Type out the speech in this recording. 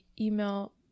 Email